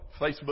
Facebook